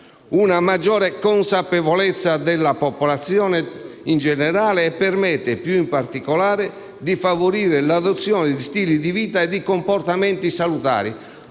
una maggiore consapevolezza della popolazione, in generale, e a favorire, più in particolare, l'adozione di stili di vita e di comportamenti salutari.